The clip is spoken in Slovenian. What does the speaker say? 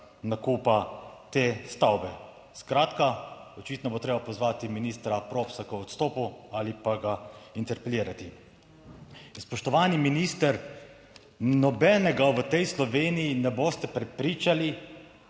nakupa te stavbe. Skratka, očitno bo treba pozvati ministra Propsa k odstopu ali pa ga interpelirati. Spoštovani minister, nobenega v tej Sloveniji ne boste prepričali,